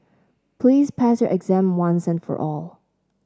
please pass your exam once and for all